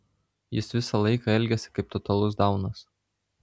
jis visą laiką elgiasi kaip totalus daunas